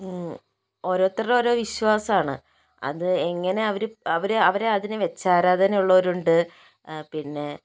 ഓരോരുത്തരുടെ ഓരോ വിശ്വാസമാണ് അത് എങ്ങനെ അവര് അവര് അവർ അതിന് വെച്ചാരാധന ഉള്ളവരുണ്ട് പിന്നെ